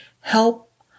help